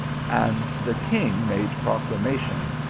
and the king made proclamation,